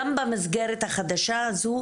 גם במסגרת החדשה הזו,